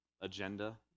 agenda